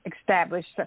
established